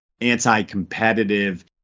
anti-competitive